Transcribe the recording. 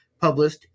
published